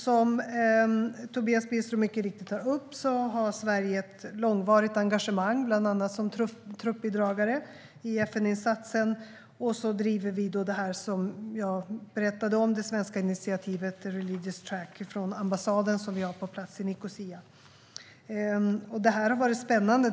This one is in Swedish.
Som Tobias Billström mycket riktigt tar upp har Sverige ett långvarigt engagemang bland annat som truppbidragare i FN-insatsen. Vi driver också det som jag berättade om, det svenska initiativet Religious Track från ambassaden som vi har på plats i Nicosia. Det har varit spännande.